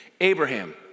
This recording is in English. Abraham